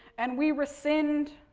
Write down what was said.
and we rescind,